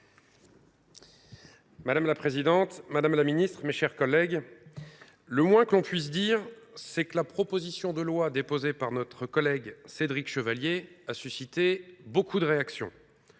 Madame la présidente, madame la ministre, mes chers collègues, le moins que l’on puisse dire, c’est que la proposition de loi déposée par notre collègue Cédric Chevalier a suscité beaucoup de réactions,